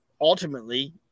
ultimately